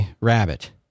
Rabbit